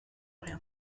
rien